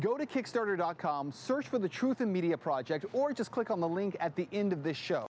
go to kickstarter dot com search for the truth in media project or just click on the link at the end of this show